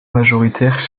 majoritaire